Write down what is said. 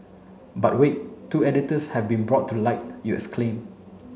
but wait two editors have been brought to light you exclaim